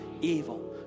evil